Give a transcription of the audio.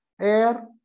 Air